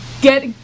get